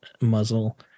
muzzle